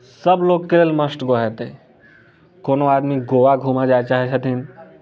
सभ लोकके लेल मस्ट गो हेतै कोनो आदमी गोआ घूमय जाय चाहैत छथिन